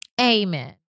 Amen